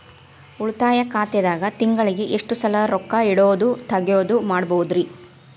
ಉಳಿತಾಯ ಖಾತೆದಾಗ ತಿಂಗಳಿಗೆ ಎಷ್ಟ ಸಲ ರೊಕ್ಕ ಇಡೋದು, ತಗ್ಯೊದು ಮಾಡಬಹುದ್ರಿ?